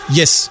Yes